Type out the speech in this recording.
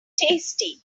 tasty